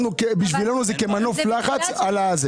בשבילנו זה כמנוף לחץ.